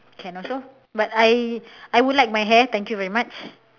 can also but I I would like my hair thank you very much